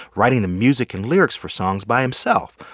writing the music and lyrics for songs by himself,